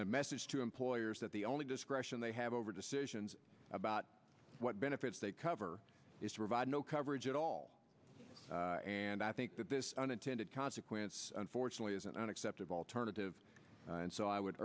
a message to employers that the only discretion they have over decisions about what benefits they cover is revive no coverage at all and i think that this unintended consequence unfortunately isn't an acceptable alternative and so i would